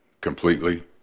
completely